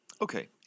Okay